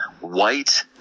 white